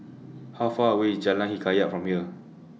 How Far away IS Jalan Hikayat from here